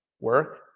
work